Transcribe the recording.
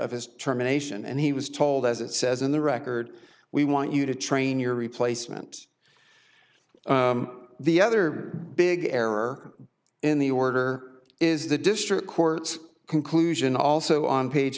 of his determination and he was told as it says in the record we want you to train your replacement the other big error in the order is the district court's conclusion also on page